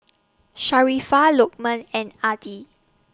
Sharifah Lokman and Adi